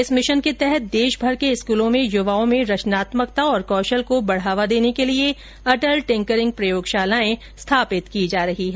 इस मिशन के तहत देशभर के स्कलों में युवाओं में रचनात्मकता और कौशल को बढ़ावा देने के लिए अटल टिंकरिंग प्रयोगशालाएं स्थापित की जा रही हैं